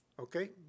Okay